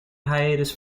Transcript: hiatus